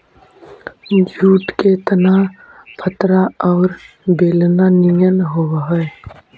jute के तना पतरा औउर बेलना निअन होवऽ हई